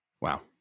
Wow